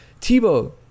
Tebow